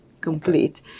complete